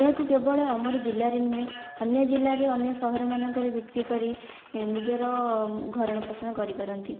ଏହାକୁ କେବଳ ଆମରି ଜିଲ୍ଲାରେ ନୁହେଁ ଅନ୍ୟ ଜିଲ୍ଲାରେ ଅନ୍ୟ ସହର ମାନଙ୍କରେ ବିକ୍ରି କରି ନିଜର ଭରଣ ପୋଷଣ କରିପାରନ୍ତି